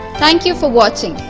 thank you for watching,